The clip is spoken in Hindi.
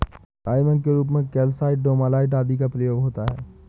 लाइमिंग के रूप में कैल्साइट, डोमालाइट आदि का प्रयोग होता है